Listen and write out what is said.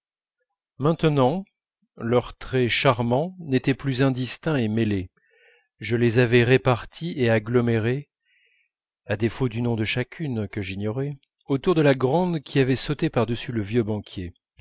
maintenant leurs traits charmants n'étaient plus indistincts et mêlés je les avais répartis et agglomérés à défaut du nom de chacune que j'ignorais autour de la grande qui avait sauté par dessus le vieux